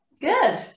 good